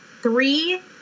three